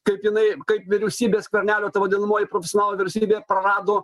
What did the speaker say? kaip jinai kaip vyriausybė skvernelio ta vadinamoji profesionalų vyriausybė prarado